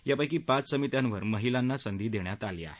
यापैकी पाच समित्यांवर महिलांना संधी देण्यात आली आहे